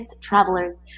travelers